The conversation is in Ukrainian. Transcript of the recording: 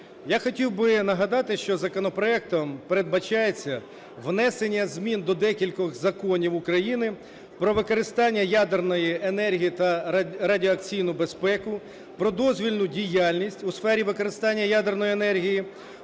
Я хотів би нагадати, що законопроектом передбачається внесення змін до декількох законів України: "Про використання ядерної енергії та радіаційну безпеку", "Про дозвільну діяльність у сфері використання ядерної енергії",